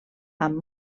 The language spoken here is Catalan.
amb